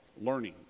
learning